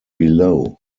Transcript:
below